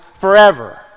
forever